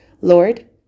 Lord